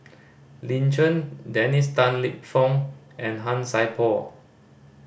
Lin Chen Dennis Tan Lip Fong and Han Sai Por